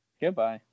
Goodbye